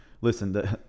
Listen